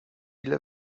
ile